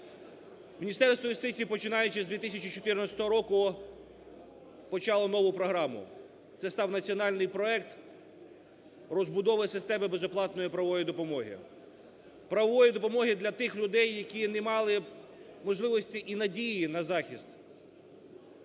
Міністерство юстиції, починаючи з 2014 року, почало нову програму. Це став Національний проект розбудова системи безоплатної правової допомоги, правової допомоги для тих людей, які не мали можливості і надії на захист.